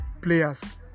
players